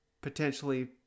potentially